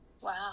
Wow